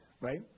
right